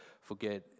forget